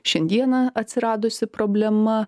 šiandieną atsiradusi problema